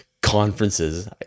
conferences